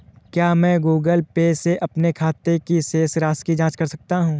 क्या मैं Google Pay से अपने खाते की शेष राशि की जाँच कर सकता हूँ?